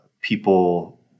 people